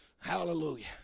Hallelujah